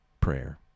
Prayer